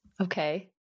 Okay